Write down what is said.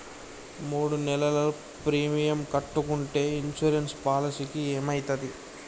మూడు నెలలు ప్రీమియం కట్టకుంటే ఇన్సూరెన్స్ పాలసీకి ఏమైతది?